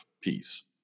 peace